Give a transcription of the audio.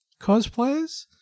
cosplayers